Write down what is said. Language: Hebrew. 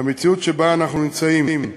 במציאות שבה אנחנו נמצאים,